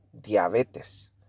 Diabetes